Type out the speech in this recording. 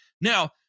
Now